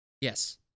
Yes